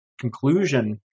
conclusion